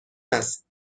است